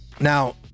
Now